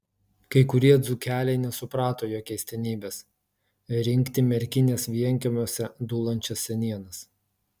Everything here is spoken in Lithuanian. kai kurie dzūkeliai nesuprato jo keistenybės rinkti merkinės vienkiemiuose dūlančias senienas